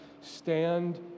stand